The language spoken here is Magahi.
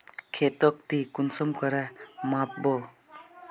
खेतोक ती कुंसम करे माप बो?